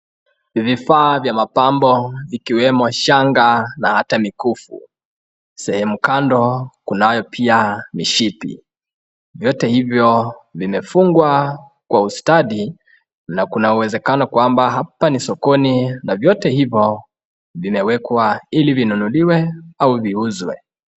Vifaa vya mabambo ikiwemo shanga na hata mikufu, sehemu kando kunayo pia mishipi. Vyote hivyo vimefungwa kwa ustadi kuna uwezekano kwamba hapa ni sokoni na vyote hivyo vimeekwa ili vinunuliwe au viuuzwe.